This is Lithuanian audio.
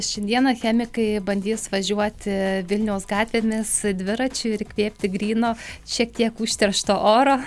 šiandieną chemikai bandys važiuoti vilniaus gatvėmis dviračiu ir įkvėpti gryno šiek tiek užteršto oro